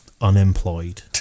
unemployed